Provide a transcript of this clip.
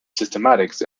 systematics